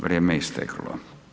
Vrijeme je isteklo.